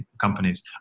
companies